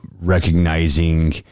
recognizing